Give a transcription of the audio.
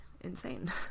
insane